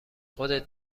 خودت